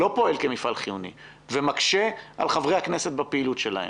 לא פועלת כמפעל חיוני ומקשים על חברי הכנסת בפעילות שלהם.